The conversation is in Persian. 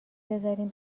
بذارین